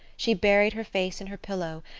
she buried her face in her pillow,